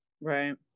Right